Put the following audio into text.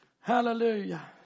Hallelujah